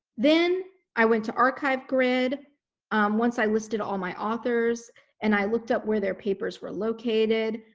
then i went to archive grid once i listed all my authors and i looked up where their papers were located.